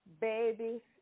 baby